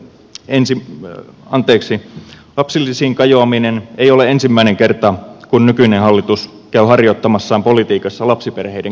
en sim mä anteeksi lapsilisiin kajoaminen ei ole ensimmäinen kerta kun nykyinen hallitus käy harjoittamassaan politiikassa lapsiperheiden kimppuun